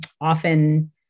often